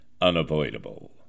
unavoidable